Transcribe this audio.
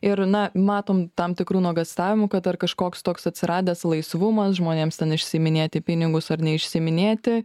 ir na matom tam tikrų nuogąstavimų kad ar kažkoks toks atsiradęs laisvumas žmonėms ten išsiiminėti pinigus ar neišsiiminėti